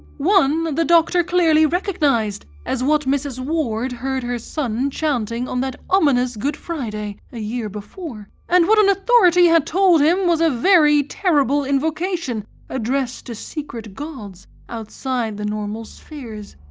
one the doctor clearly recognised as what mrs. ward heard her son chanting on that ominous good friday a year before, and what an authority had told him was a very terrible invocation addressed to secret gods outside the normal spheres.